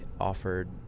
offered